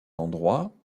endroits